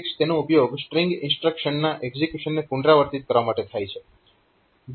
તેનો ઉપયોગ સ્ટ્રીંગ ઇન્સ્ટ્રક્શનના એક્ઝીક્યુશનને પુનરાવર્તિત કરવા માટે થાય છે